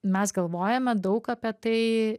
mes galvojame daug apie tai